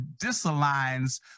disaligns